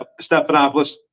Stephanopoulos